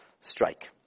strike